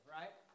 right